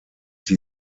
die